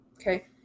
Okay